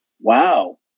wow